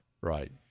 Right